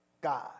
God